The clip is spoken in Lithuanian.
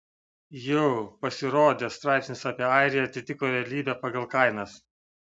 jau pasirodęs straipsnis apie airiją atitiko realybę pagal kainas